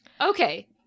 Okay